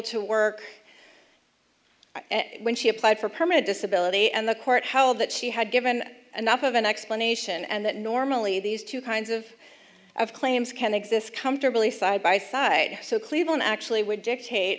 to work when she applied for permanent disability and the court held that she had given enough of an explanation and that normally these two kinds of claims can exist comfortably side by side so cleveland actually would dictate